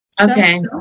Okay